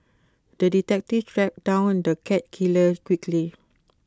the detective tracked down the cat killer quickly